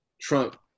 Trump